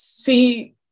see